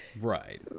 Right